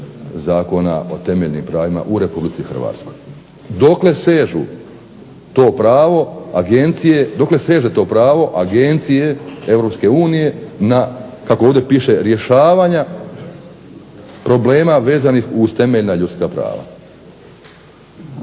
Zakona o temeljnim pravima u RH? Dokle seže to pravo Agencije, dokle seže to pravo Agencije EU na, kako ovdje piše rješavanja problema vezanih uz temeljna ljudska prava?